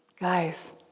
Guys